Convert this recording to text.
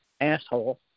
asshole